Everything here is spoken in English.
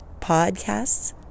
Podcasts